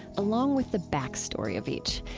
along with the back story of each.